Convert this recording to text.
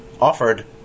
offered